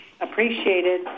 appreciated